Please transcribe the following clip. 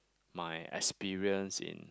my experience in